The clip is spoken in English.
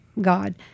God